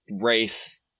race